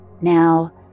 Now